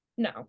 No